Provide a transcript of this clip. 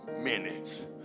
minutes